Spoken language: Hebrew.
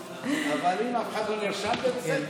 אבל אם אף אחד לא נרשם זה בסדר.